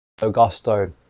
Augusto